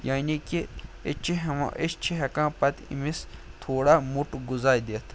یعنی کہِ أسۍ چھِ ہٮ۪وان أسۍ چھِ ہٮ۪کان پَتہٕ أمِس تھوڑا موٚٹ غزا دِتھ